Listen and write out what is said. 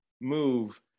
move